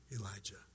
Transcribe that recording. Elijah